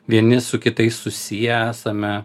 vieni su kitais susiję esame